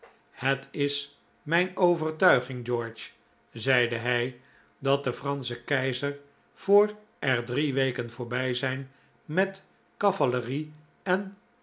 het is mijn overtuiging george zeide hij dat de fransche keizer voor er drie weken voorbij zijn met cavalerie en